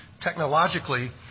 technologically